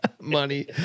money